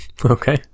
Okay